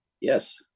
Yes